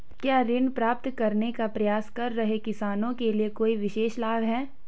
क्या ऋण प्राप्त करने का प्रयास कर रहे किसानों के लिए कोई विशेष लाभ हैं?